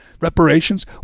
Reparations